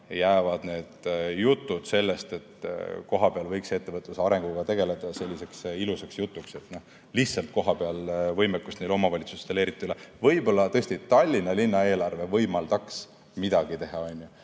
jäävad need jutud sellest, et kohapeal võiks ettevõtluse arenguga tegeleda, selliseks ilusaks jutuks. Lihtsalt kohapeal võimekust neil omavalitsustel eriti ei ole. Võib-olla tõesti Tallinna linna eelarve võimaldaks midagi teha ja Tartu